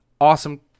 awesome